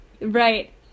Right